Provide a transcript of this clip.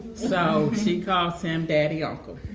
so she calls him daddy-uncle